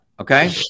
Okay